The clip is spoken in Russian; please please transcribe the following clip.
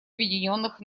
объединенных